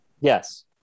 Yes